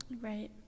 Right